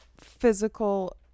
physical